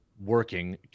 working